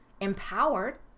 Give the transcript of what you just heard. empowered